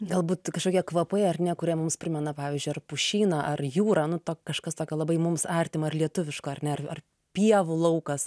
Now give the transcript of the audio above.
galbūt kažkokie kvapai ar ne kurie mums primena pavyzdžiui ar pušyną ar jūrą nu ta kažkas tokio labai mums artimo ir lietuviško ar ne ar pievų laukas